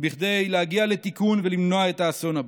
כדי להגיע לתיקון ולמנוע את האסון הבא.